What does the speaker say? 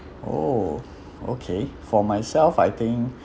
oh okay for myself I think